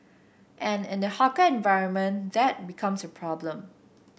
and in the hawker environment that becomes a problem